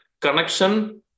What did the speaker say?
connection